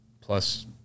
plus